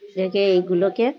রেখে এইগুলোকে